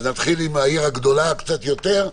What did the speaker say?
נתחיל עם העיר הגדולה קצת יותר,